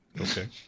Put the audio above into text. Okay